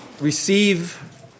receive